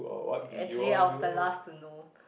actually I was the last to know